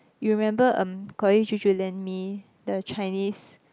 you remember um Collin used to lend me the Chinese